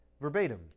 verbatim